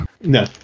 No